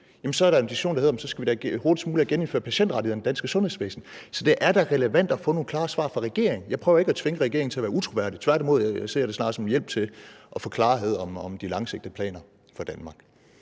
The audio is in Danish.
så er der jo en diskussion om, at vi hurtigst muligt skal have genindført patientrettighederne i det danske sundhedsvæsen. Så det er da relevant at få nogle klare svar fra regeringen. Jeg prøver ikke at tvinge regeringen til at være utroværdig. Tværtimod ser jeg det snarere som en hjælp til at få klarhed om de langsigtede planer for Danmark.